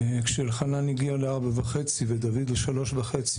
כשחנן היה בן ארבע וחצי ושלוש בן שלוש וחצי,